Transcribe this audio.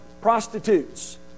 prostitutes